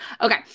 Okay